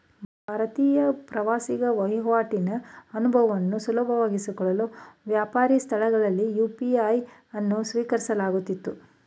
ಭಾರತೀಯ ಪ್ರವಾಸಿಗರ ವಹಿವಾಟಿನ ಅನುಭವವನ್ನು ಸುಲಭಗೊಳಿಸಲು ವ್ಯಾಪಾರಿ ಸ್ಥಳಗಳಲ್ಲಿ ಯು.ಪಿ.ಐ ಅನ್ನು ಸ್ವೀಕರಿಸಲಾಗುತ್ತಿತ್ತು